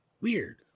Weird